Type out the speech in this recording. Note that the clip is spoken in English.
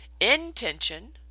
intention